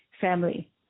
family